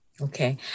Okay